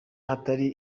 hatari